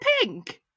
pink